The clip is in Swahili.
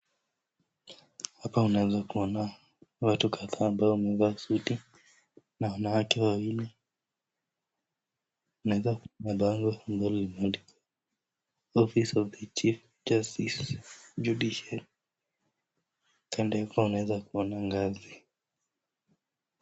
Hapa unaweza kuona watu kadhaa ambao wamevaa suti, na wanawake wawili, unaweza kuona mabango ambayo yameandikwa office of the chief justice judiciary kando yake unaweza kuona ngazi.